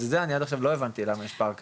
זה אני עד עכשיו לא הבנתי למה יש פער כזה.